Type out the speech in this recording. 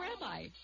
rabbi